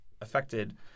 affected